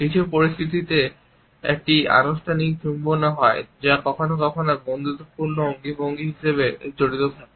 কিছু পরিস্থিতিতে একটি আনুষ্ঠানিক চুম্বনও হয় যা কখনও কখনও বন্ধুত্বপূর্ণ অঙ্গভঙ্গি হিসাবে জড়িত থাকে